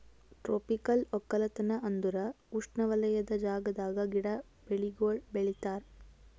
tropical ಒಕ್ಕಲತನ ಅಂದುರ್ ಉಷ್ಣವಲಯದ ಜಾಗದಾಗ್ ಗಿಡ, ಬೆಳಿಗೊಳ್ ಬೆಳಿತಾರ್